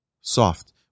soft